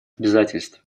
обязательств